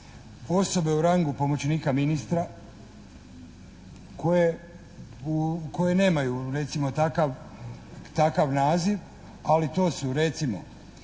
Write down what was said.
osobe u rangu pomoćnika ministra koje, koje nemaju recimo takav naziv, ali to su, recimo,